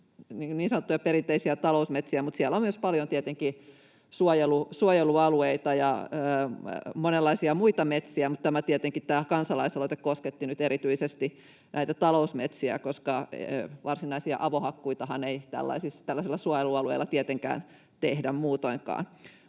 niin sanottuja perinteisiä talousmetsiä, mutta siellä on tietenkin myös paljon suojelualueita ja monenlaisia muita metsiä. Tietenkin tämä kansalaisaloite kosketti nyt erityisesti näitä talousmetsiä, koska varsinaisia avohakkuitahan ei tällaisilla suojelualueilla tietenkään tehdä muutoinkaan.